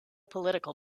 political